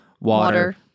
Water